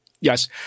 Yes